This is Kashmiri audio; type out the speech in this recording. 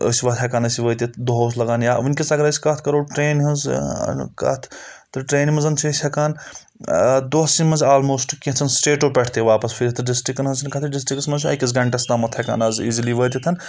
أسۍ وَتھ ہؠکان أسۍ وٲتِتھ دۄہَس لَگان یا وٕنکؠس اگر أسۍ کَتھ کَرو ٹَرٛینہِ ہٕنٛز کَتھ تہٕ ٹرٛینہِ منٛز چھِ أسۍ ہؠکان دۄہَسٕی منٛز آلموسٹ کینٛژھن سٕٹَیٹَو پؠٹھ تہِ واپَس پھٔرِتھ ڈِسٹِرکَن ہٕنٛز چھِنہٕ کَتھٕے ڈِسٹِرکَس منٛز چھُ أکِس گَنٛٹَس تامَتھ ہؠکان آز ایٖزلی وٲتِتھ